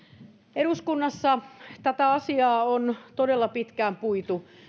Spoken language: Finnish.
eduskunnassa tätä asiaa on todella pitkään puitu